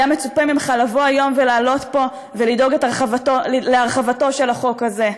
היה מצופה ממך לבוא היום ולעלות פה ולדאוג להרחבתו של החוק הזה.